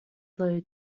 low